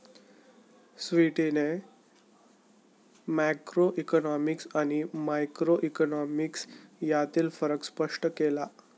स्वीटीने मॅक्रोइकॉनॉमिक्स आणि मायक्रोइकॉनॉमिक्स यांतील फरक स्पष्ट केला